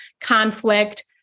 conflict